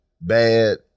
bad